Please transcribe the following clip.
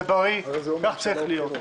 זה בריא, כך צריך להיות.